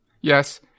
Yes